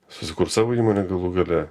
susikurs savo įmonę galų gale